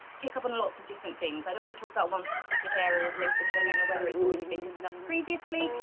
pick up in lots of different things. i don't want to talk about one specific area of this because i don't know whether it's already been discussed previously,